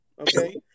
Okay